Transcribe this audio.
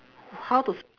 how to s~